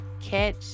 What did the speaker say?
catch